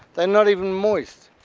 they're not even moist.